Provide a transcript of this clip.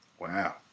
Wow